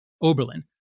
Oberlin